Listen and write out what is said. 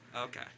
Okay